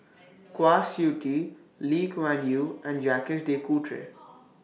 Kwa Siew Tee Lee Kuan Yew and Jacques De Coutre